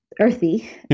earthy